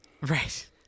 Right